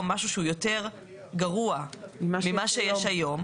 משהו שהוא יותר גרוע ממה שיש היום.